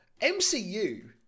MCU